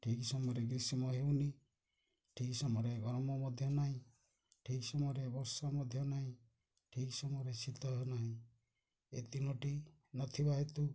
ଠିକ୍ ସମୟରେ ଗ୍ରୀଷ୍ମ ହେଉନି ଠିକ୍ ସମୟରେ ଗରମ ମଧ୍ୟ ନାହିଁ ଠିକ୍ ସମୟରେ ବର୍ଷା ମଧ୍ୟ ନାହିଁ ଠିକ୍ ସମୟରେ ଶୀତ ହେଉନାହିଁ ଏ ତିନୋଟି ନଥିବା ହେତୁ